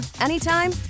anytime